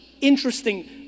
interesting